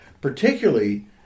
particularly